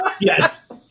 Yes